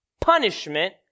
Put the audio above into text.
punishment